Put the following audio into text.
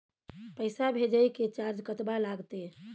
पैसा भेजय के चार्ज कतबा लागते?